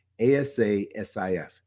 Asasif